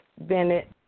Bennett